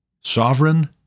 sovereign